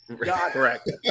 Correct